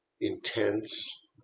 intense